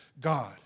God